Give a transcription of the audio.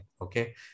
Okay